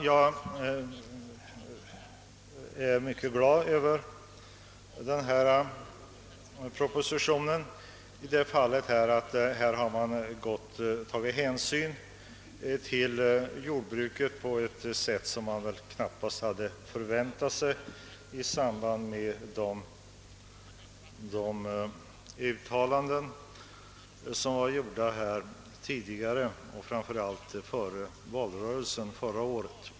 Jag är mycket glad över att man i propositionen tagit hänsyn till jordbruket på ett sätt som man väl knappast hade väntat sig med hänsyn till de uttalanden som gjordes tidigare, framför allt före valrörelsen förra året.